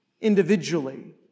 individually